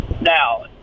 Now